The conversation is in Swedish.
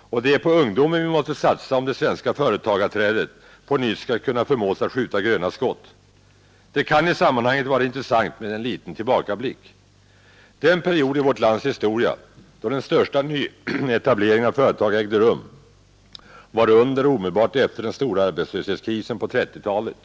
och det är på ungdomen vi måste satsa, om det svenska företagarträdet på nytt skall kunna förmås att skjuta gröna skott. Det kan i sammanhanget vara intressant med en liten tillbakablick. Den period i vårt lands historia, då den största nyetableringen av företag ägde rum var under och omedelbart efter den stora arbetslöshetskrisen på 1930-talet.